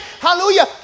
Hallelujah